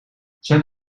zijn